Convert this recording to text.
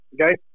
okay